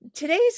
Today's